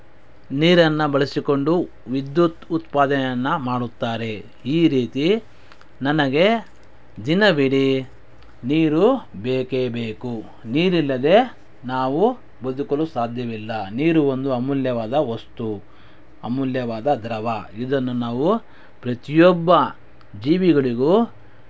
ನೀರನ್ನು ಬಳಸಿಕೊಂಡು ವಿದ್ಯುತ್ ಉತ್ಪಾದನೆಯನ್ನು ಮಾಡುತ್ತಾರೆ ಈ ರೀತಿ ನನಗೆ ದಿನವಿಡೀ ನೀರು ಬೇಕೇ ಬೇಕು ನೀರಿಲ್ಲದೆ ನಾವು ಬದುಕಲು ಸಾಧ್ಯವಿಲ್ಲ ನೀರು ಒಂದು ಅಮೂಲ್ಯವಾದ ವಸ್ತು ಅಮೂಲ್ಯವಾದ ದ್ರವ ಇದನ್ನು ನಾವು ಪ್ರತಿಯೊಬ್ಬ ಜೀವಿಗಳಿಗೂ